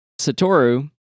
Satoru